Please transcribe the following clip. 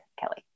Kelly